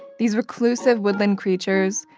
these reclusive woodland creatures,